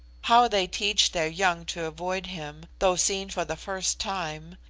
how they teach their young to avoid him, though seen for the first time,